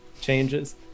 changes